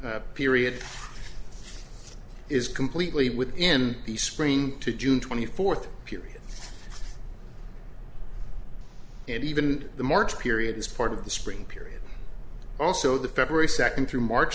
eleventh period is completely within the spring to june twenty fourth period and even the march period is part of the spring period also the february second through march